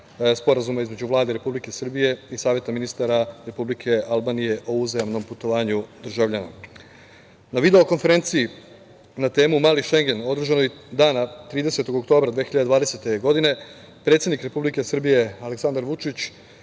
Sporazuma između Vlade Republike Srbije i Saveta ministara Republike Albanije o uzajamnom putovanju državljana. Na video konferenciji na temu „Mali Šengen“, održanoj dana 30. oktobra 2020. godine, predsednik Republike Srbije Aleksandar Vučić